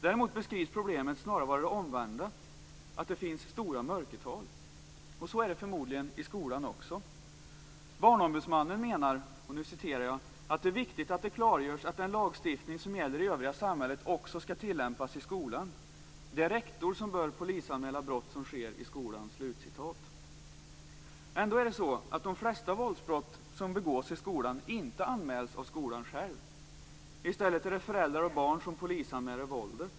Däremot beskrivs problemet snarare vara det omvända, att det finns stora mörkertal. Så är det förmodligen också i skolan. Barnombudsmannen menar att det är viktigt att det klargörs att den lagstiftning som gäller i övriga samhället också skall tillämpas i skolan. Det är rektor som bör polisanmäla brott som sker i skolan. Ändå är det så att de flesta våldsbrott som begås i skolan inte anmäls av skolan själv. I stället är det föräldrar och barn som polisanmäler våldet.